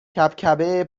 کبکبه